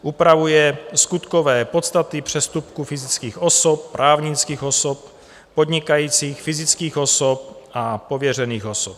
Upravuje skutkové podstaty přestupků fyzických osob, právnických osob podnikajících, fyzických osob a pověřených osob.